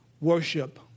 Worship